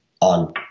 on